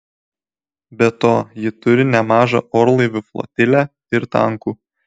be to ji turi nemažą orlaivių flotilę ir tankų